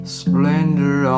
splendor